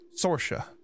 Sorsha